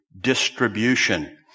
distribution